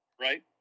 right